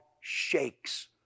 shakes